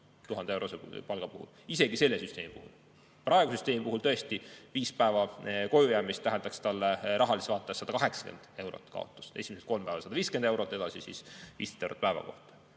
1000-eurose palga puhul. Isegi selle süsteemi puhul. Praeguse süsteemi puhul tõesti 5 päeva kojujäämist tähendaks talle rahalises vaates 180 eurot kaotust. Esimesed kolm päeva on 150 eurot, edasi 15 eurot päeva kohta.